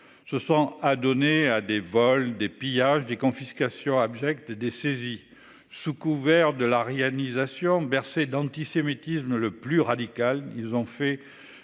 ce soir à donner à des vols des pillages des confiscations abject des saisies sous couvert de l'aryanisation bercer d'antisémitisme le plus radical, ils ont fait